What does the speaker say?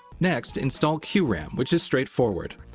next, install qram, which is straightforward.